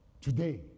Today